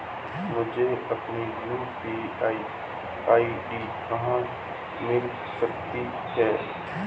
मुझे अपनी UPI ID कहां मिल सकती है?